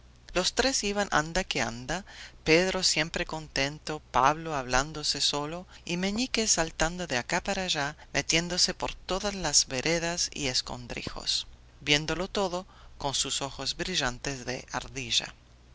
los tres iban anda que anda pedro siempre contento pablo hablándose solo y meñique saltando de acá para allá metiéndose por todas las veredas y escondrijos viéndolo todo con sus ojos brillantes de ardilla